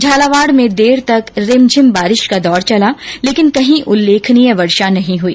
झालावाड में देर तक रिमझिम बारिश का दौर चला लेकिन कहीं उल्लेखनीय वर्षा नहीं हुई